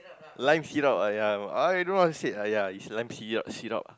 lime syrup ah ya I don't know how to said ah ya it's lime syrup syrup ah